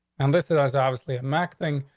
and this and is obviously a mac thing.